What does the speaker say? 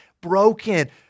broken